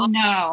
no